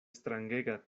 strangega